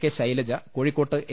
K Shailaja കോഴിക്കോട്ട് A